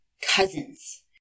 Cousins